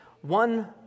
one